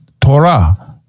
Torah